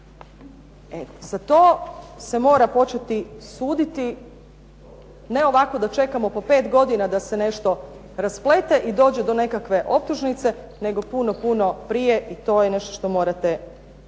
Za to se mora početi suditi. Ne ovako da čekamo po pet godina da se nešto rasplete i dođe do nekakve optužnice, nego puno, puno prije. I to je nešto što morate raditi.